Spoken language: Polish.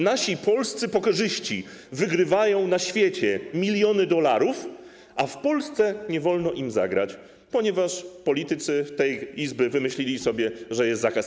Nasi polscy pokerzyści wygrywają na świecie miliony dolarów, a w Polsce nie wolno im zagrać, ponieważ politycy w tej Izbie wymyślili sobie zakaz.